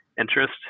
interest